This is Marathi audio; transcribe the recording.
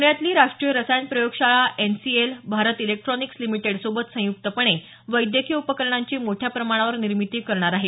पुण्यातली राष्ट्रीय रसायन प्रयोगशाळा N C L Bharat electronics limited सोबत संयुक्तपणे वैद्यकीय उपकरणांची मोठ्या प्रमाणावर निर्मिती करणार आहे